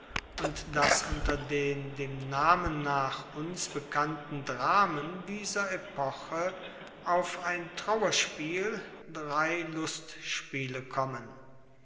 und dass unter den dem namen nach uns bekannten dramen dieser epoche auf ein trauerspiel drei lustspiele kommen